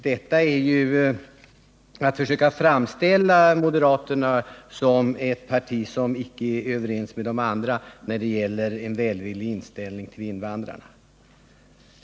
Det är att försöka framställa moderaterna som ett parti som inte är överens med de andra när det gäller en välvillig inställning till invandrarna.